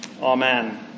Amen